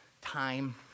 time